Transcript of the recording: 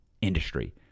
industry